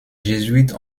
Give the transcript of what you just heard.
jésuites